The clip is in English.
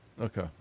Okay